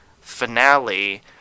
finale